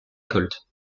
récolte